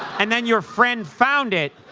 and then your friend found it